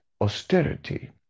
austerity